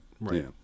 Right